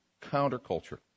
counterculture